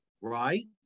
right